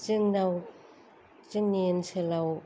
जोंनाव जोंनि ओनसोलाव